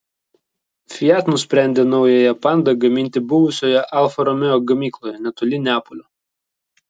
fiat nusprendė naująją panda gaminti buvusioje alfa romeo gamykloje netoli neapolio